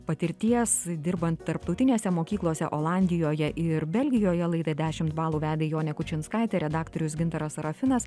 patirties dirbant tarptautinėse mokyklose olandijoje ir belgijoje laidą dešimt balų vedė jonė kučinskaitė redaktorius gintaras serafinas